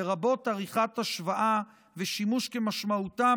לרבות עריכת השוואה ושימוש כמשמעותם